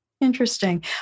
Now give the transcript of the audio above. Interesting